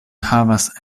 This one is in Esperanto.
havas